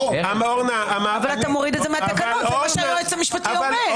זה מה שהיועץ המשפטי אומר.